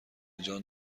جان